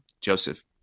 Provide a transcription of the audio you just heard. Joseph